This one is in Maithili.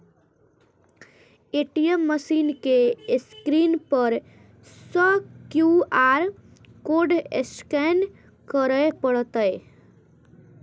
ए.टी.एम मशीन के स्क्रीन पर सं क्यू.आर कोड स्कैन करय पड़तै